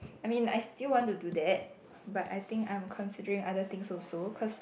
I mean I still want to do that but I think I'm considering other things also cause